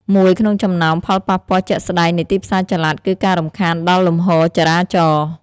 មួយក្នុងចំណោមផលប៉ះពាល់ជាក់ស្តែងនៃទីផ្សារចល័ត គឺការរំខានដល់លំហូរចរាចរណ៍។